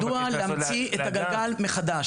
מדוע להמציא את הגלגל מחדש?